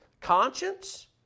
conscience